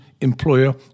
employer